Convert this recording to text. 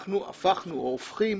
אנחנו הפכנו, או הופכים